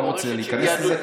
אני לא רוצה להיכנס לזה,